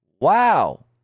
Wow